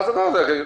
מה הוא הדבר הזה?